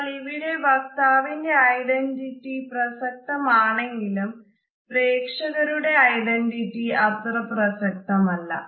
എന്നാൽ ഇവിടെ വക്താവിന്റെ ഐഡന്റിറ്റി പ്രസക്തമാണെങ്കിലും പ്രേക്ഷകരുടെ ഐഡന്റിറ്റി അത്ര പ്രസക്തമല്ല